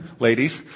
ladies